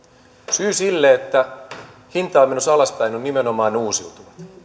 syy siihen että hinta on menossa alaspäin on nimenomaan uusiutuva